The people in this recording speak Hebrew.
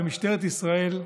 במשטרת ישראל,